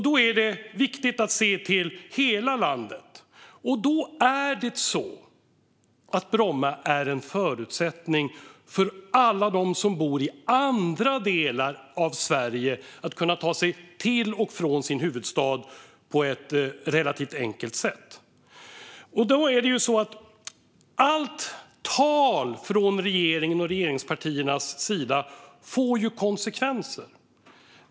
Det är viktigt att se till hela landet, och då är Bromma en förutsättning för alla dem som bor i andra delar av Sverige att ta sig till och från sin huvudstad på ett relativt enkelt sätt. Allt tal från regeringens och regeringspartiernas sida får konsekvenser.